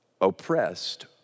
oppressed